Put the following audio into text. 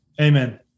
Amen